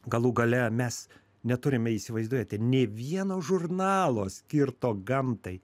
galų gale mes neturime įsivaizduojate nei vieno žurnalo skirto gamtai